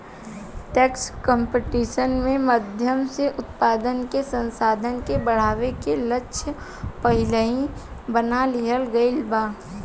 tax competition के माध्यम से उत्पादन के संसाधन के बढ़ावे के लक्ष्य पहिलही बना लिहल गइल बा